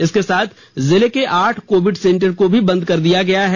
इसके साथ जिले के आठ कोविड सेंटर को भी बंद कर दिया गया है